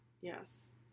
Yes